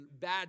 bad